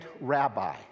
rabbi